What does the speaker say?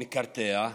מקרטע.